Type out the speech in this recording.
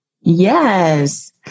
Yes